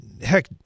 Heck